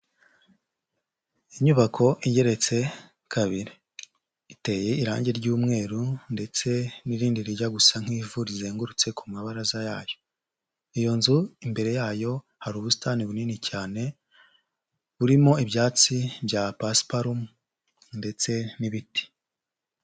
Inyubako igeretse kabiri, iteye irangi ry'umweru ndetse n'irindi rijya gusa nk'ivu rizengurutse ku mabaraza yayo, iyo nzu imbere yayo hari ubusitani bunini cyane, burimo ibyatsi bya pasiparumu ndetse n'ibiti.